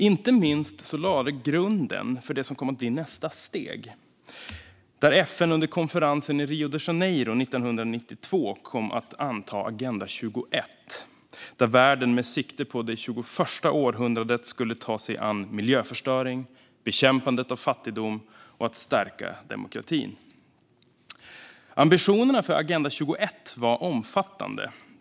Inte minst lades grunden för det som kom att bli nästa steg: att FN under konferensen i Rio de Janeiro 1992 kom att anta Agenda 21, där världen med sikte på det 21:a århundradet skulle ta sig an miljöförstöring och bekämpande av fattigdom samt att stärka demokratin. Ambitionerna för Agenda 21 var omfattande.